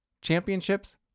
Championships